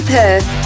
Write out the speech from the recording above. Perth